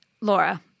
Laura